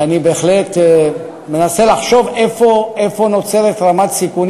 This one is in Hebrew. אני בהחלט מנסה לחשוב איפה נוצרת רמת סיכונים